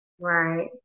Right